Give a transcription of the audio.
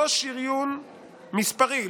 לא שריון מספרי,